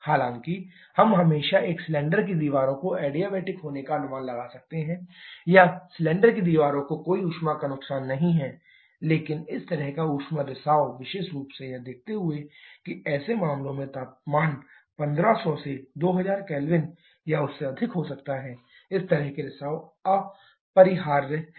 हालांकि हम हमेशा एक सिलेंडर की दीवारों को एडियाबेटिक होने का अनुमान लगा सकते हैं या सिलेंडर की दीवारों को कोई ऊष्मा का नुकसान नहीं है लेकिन इस तरह का ऊष्मा रिसाव विशेष रूप से यह देखते हुए कि ऐसे मामलों में तापमान 1500 से 2000 K या उससे अधिक हो सकता है इस तरह के रिसाव अपरिहार्य हैं